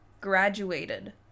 graduated